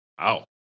wow